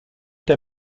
der